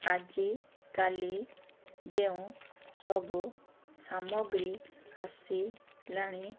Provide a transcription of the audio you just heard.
ଆଜିକାଲି ଯେଉଁ ସବୁ ସାମଗ୍ରୀ ଆସିଲାଣି